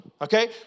okay